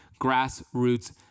grassroots